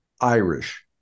Irish